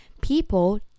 people